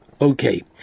Okay